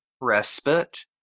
respite